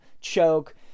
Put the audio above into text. choke